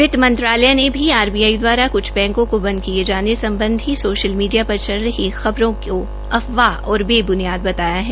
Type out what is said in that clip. वित्त मंत्रालय ने भी आरबीआई दवारा कुछ बैंको को बंद किए जाने सम्बधी सोशल मीडिया पर चल रही खबरों को अफवाह और वेब्नियाद बताया है